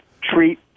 treat